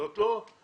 זאת לא המטרה.